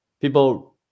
people